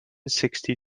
sixty